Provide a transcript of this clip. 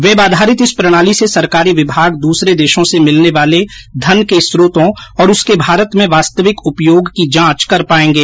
web आधारित इस प्रणाली से सरकारी विभाग दूसरे देशों से मिलने वाले धन के स्रोतों और उसके भारत में वास्तविक उपयोग की जांच कर पाएंगे